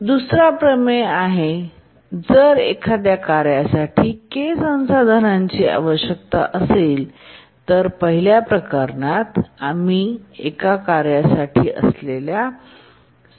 दुसरा प्रमेय तो आहे जर एखाद्या कार्यासाठी K संसाधनांची आवश्यकता असेल तर पहिल्या प्रकरणात आम्ही एखाद्या कार्यासाठी आवश्यक असलेल्या स्त्रोताकडे पाहिले असेल